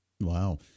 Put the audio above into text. Wow